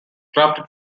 drafted